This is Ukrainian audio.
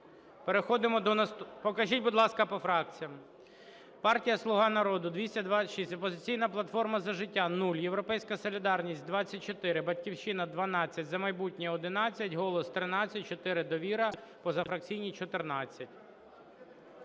Покажіть, будь ласка, по фракціях. Партія "Слуга народу" – 226, "Опозиційна платформа - За життя" – 0, "Європейська солідарність" – 24, "Батьківщина" – 12, "За майбутнє" – 11, "Голос" – 13, 4 – "Довіра", позафракційні – 14.